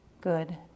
good